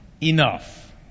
enough